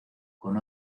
con